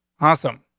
awesome.